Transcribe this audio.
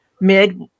mid